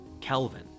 Kelvin